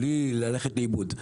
בלי ללכת לאיבוד.